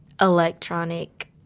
electronic